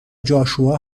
جاشوا